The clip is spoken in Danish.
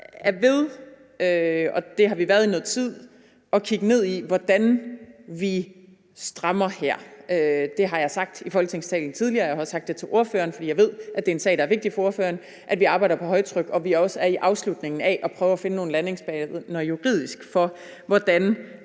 er ved – og det har vi været i noget tid – at kigge ned i, hvordan vi strammer her. Det har jeg sagt i Folketingssalen tidligere, og jeg har også sagt det til ordføreren, fordi jeg ved, at det er en sag, der er vigtig for ordføreren. Vi arbejder på højtryk, og vi er også i afslutningen af juridisk at prøve at finde nogle landingsbaner, i forhold